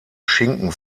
schinken